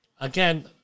Again